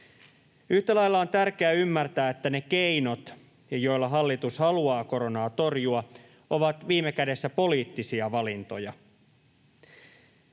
Yhtä lailla on tärkeää ymmärtää, että ne keinot, joilla hallitus haluaa koronaa torjua, ovat viime kädessä poliittisia valintoja.